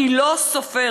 היא לא סופרת,